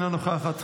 אינה נוכחת,